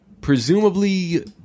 presumably